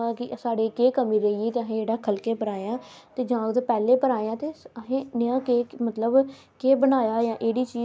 उत्थुआं बी फोने उपरा दिक्खियै पता चली जंदा उंहेगी कि अज एह् होआ ते अज्ज ओह् होआ ते ओह् बी घट्ट ही पढदे ना अख़वारां अजकल दे न्याने